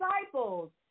disciples